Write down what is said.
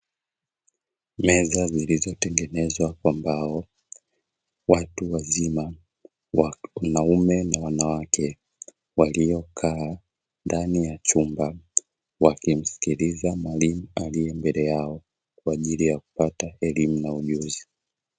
Meza zilizotengenezwa kwa mbao watu wazima wa wanaume na wanawake waliokaa ndani ya chumba, wakimsikiliza mwalimu aliye mbele yao kwa ajili ya kupata elimu na ujuzi.